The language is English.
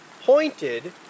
pointed